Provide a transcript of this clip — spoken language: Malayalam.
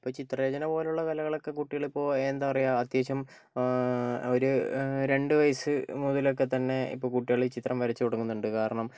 ഇപ്പം ചിത്രരചന പോലുള്ള കലകളൊക്കെ കുട്ടികളിപ്പോൾ എന്താ പറയുക അത്യാവശ്യം ഒരു രണ്ട് വയസ്സ് മുതലൊക്കെ തന്നെ ഇപ്പോൾ കുട്ടികള് ചിത്രം വരച്ച് തുടങ്ങുന്നുണ്ട് കാരണം